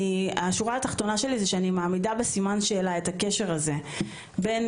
השורה התחתונה שלי היא שאני מעמידה בסימן שאלה את הקשר הזה בין